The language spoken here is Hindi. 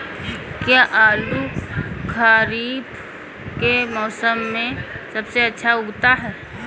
क्या आलू खरीफ के मौसम में सबसे अच्छा उगता है?